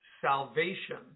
salvation